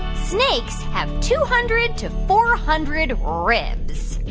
snakes have two hundred to four hundred ribs?